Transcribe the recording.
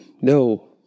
no